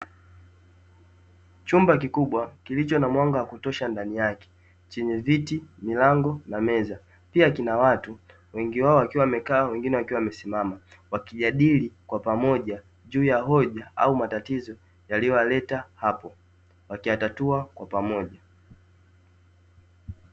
Chumba kikubwa, kilicho na mwanga wa kutosha ndani yake, chenye viti, milango na meza, pia kina watu, wengi wao wakiwa wamekaa na wengine wamesimama wakijadili kwa pamoja juu ya hoja au matatizo yaliyowaleta hapo, watayatatua kwa pamoja .